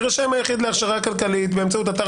יירשם היחיד להכשרה הכלכלית באמצעות אתר